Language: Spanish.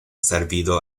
servido